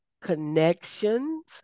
connections